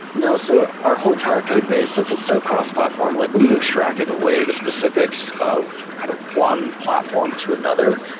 no. so our whole entire code base since it's so cross-platform, like we've extracted away, the specifics of kind of one platform to another,